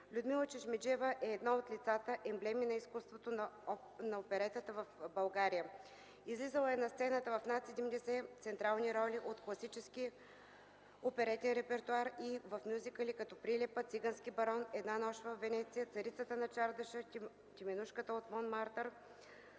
Людмила Чешмеджиева е едно от лицата емблеми за изкуството на оперетата в България. Излизала е на сцената в над 70 централни роли от класическия оперетен репертоар и в мюзикъли като: „Прилепът”, „Цигански барон”, „Една нощ във Венеция”, „Царицата на чардаша”, „Теменужката от Монмартър”,